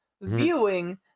viewing